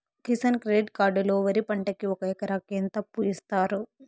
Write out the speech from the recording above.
Kisan credit card లో వరి పంటకి ఒక ఎకరాకి ఎంత అప్పు ఇస్తారు?